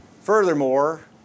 Furthermore